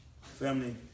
Family